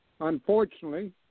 Unfortunately